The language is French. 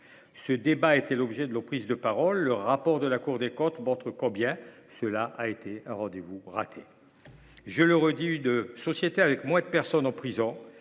ce débat lors de nos prises de parole. Le rapport de la Cour des comptes montre que ce fut un rendez-vous manqué. Je le redis : une société avec moins de personnes en prison